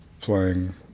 playing